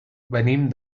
venim